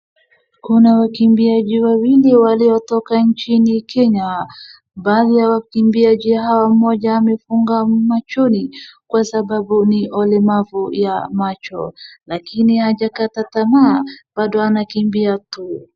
Kuna wakiambiaji wawili waliotoka nchini Kenya. Baadhi ya wakiambiaji hawa mmoja amefunga machoni kwa sababu ni mlemavu wa macho, lakini hajakata tamaa, bado anakimbia tu.